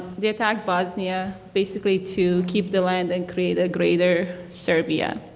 they attacked bosnia basically to keep the land and create a greater serbia.